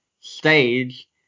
stage